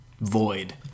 void